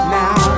now